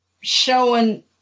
showing